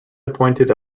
appointed